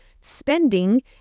spending